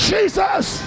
Jesus